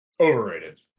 overrated